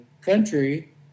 country